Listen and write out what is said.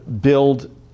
build